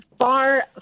Far